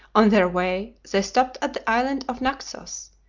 on their way they stopped at the island of naxos,